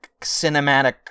cinematic